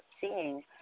seeing